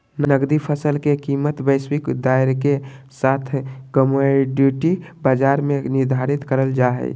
नकदी फसल ले कीमतवैश्विक दायरेके साथकमोडिटी बाजार में निर्धारित करल जा हइ